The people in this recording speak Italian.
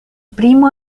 primo